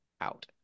out